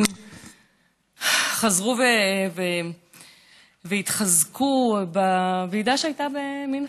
חזרו והתחזקו בוועידה שהייתה במינכן.